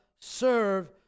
serve